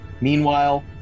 Meanwhile